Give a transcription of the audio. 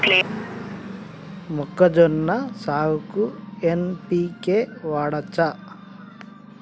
మొక్కజొన్న సాగుకు ఎన్.పి.కే వాడచ్చా?